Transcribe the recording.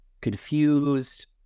confused